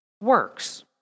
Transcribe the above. works